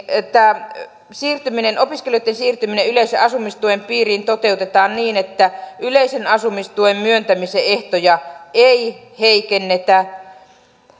että opiskelijoitten siirtyminen yleisen asumistuen piiriin toteutetaan niin että yleisen asumistuen myöntämisen ehtoja ei heikennetä